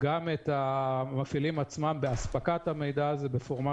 את המפעילים עצמם בהספקת המידע הזה בפורמט